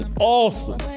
awesome